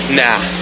nah